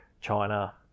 China